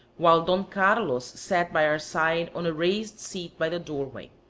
while don carlos sat by our side on a raised seat by the doorway.